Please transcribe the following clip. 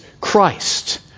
Christ